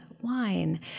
wine